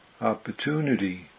opportunity